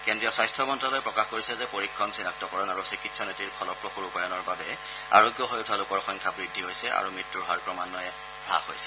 কেন্দ্ৰীয় স্বাস্থ্য মন্ত্ৰালয়ে প্ৰকাশ কৰিছে যে পৰীক্ষণ চিনাক্তকৰণ আৰু চিকিৎসা নীতিৰ ফলপ্ৰসূ ৰূপায়ণৰ বাবে আৰোগ্য হৈ উঠা লোকৰ সংখ্যা বৃদ্ধি পাইছে আৰু মৃত্যুৰ হাৰ ক্ৰমান্নয়ে হ্ৰাস পাইছে